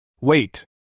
Wait